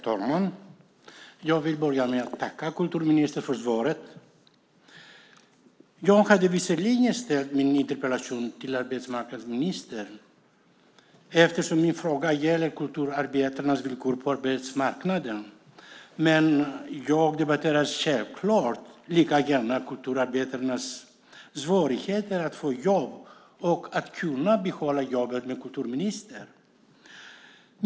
Herr talman! Jag vill börja med att tacka kulturministern för svaret. Jag hade visserligen ställt min interpellation till arbetsmarknadsministern eftersom min fråga gäller kulturarbetarnas villkor på arbetsmarknaden, men jag debatterar självklart lika gärna kulturarbetarnas svårigheter att få jobb och att kunna behålla jobbet med kulturministern.